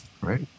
Right